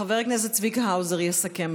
חבר הכנסת צבי האוזר יסכם.